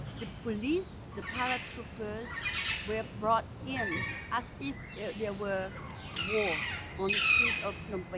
the police, the paratroopers were brought in as if there were war on the streets of phnom but